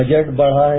budget बढ़ा है